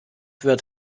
wird